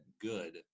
good